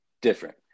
different